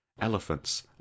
elephants